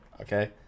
okay